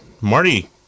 Marty